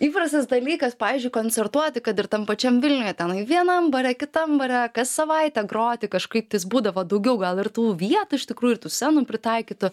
įprastas dalykas pavyzdžiui koncertuoti kad ir tam pačiam vilniuje tenai vienam bare kitam bare kas savaitę groti kažkaip tais būdavo daugiau gal ir tų vietų iš tikrųjų ir tų scenų pritaikytų